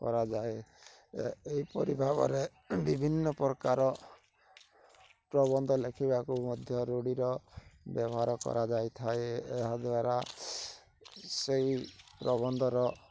କରାଯାଏ ଏହିପରି ଭାବରେ ବିଭିନ୍ନ ପ୍ରକାର ପ୍ରବନ୍ଧ ଲେଖିବାକୁ ମଧ୍ୟ ରୂଢ଼ିର ବ୍ୟବହାର କରାଯାଇଥାଏ ଏହାଦ୍ୱାରା ସେଇ ପ୍ରବନ୍ଧର